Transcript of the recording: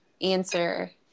answer